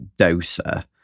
doser